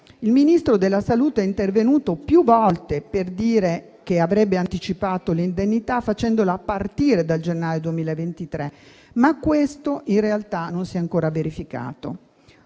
Il Ministro della salute è intervenuto più volte per dire che avrebbe anticipato l'indennità facendola partire dal gennaio 2023, ma questo in realtà non si è ancora verificato.